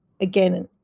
again